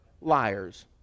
liars